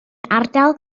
ardal